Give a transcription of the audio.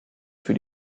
für